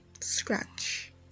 scratch